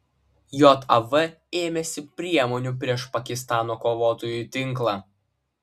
jav ėmėsi priemonių prieš pakistano kovotojų tinklą